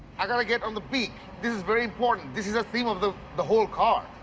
i gotta get on the beak. this is very important. this is the theme of the the whole car.